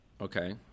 Okay